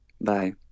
Bye